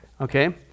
okay